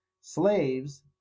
Slaves